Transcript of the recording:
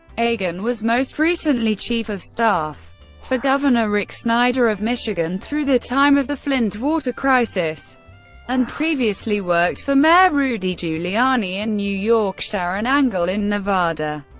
agen was most recently chief of staff for governor rick snyder of michigan through the time of the flint water crisis and previously worked for mayor rudy giuliani in new york, sharron angle in nevada,